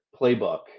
playbook